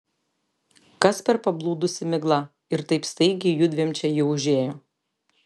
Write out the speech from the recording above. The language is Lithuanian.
kas per pablūdusi migla ir taip staigiai judviem čia ji užėjo